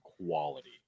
quality